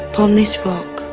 upon this rock,